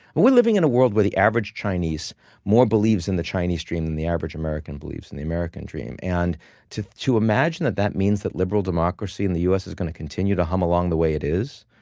and we're living in a world where the average chinese more believes in the chinese dream than the average american believes in the american dream, and to to imagine that that means that liberal democracy in the u s. is going to continue to hum along the way it is,